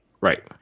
Right